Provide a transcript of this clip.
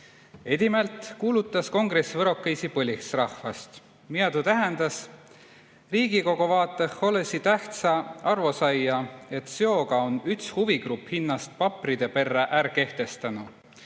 Edimält kuulutas kongress võrokõisi põlisrahvast. Miä tuu tähendäs? Riigikogu vaatõh olesi tähtsa arvo saia, et seoga on üts huvigrupp hinnast papridõ perrä är kehtestänu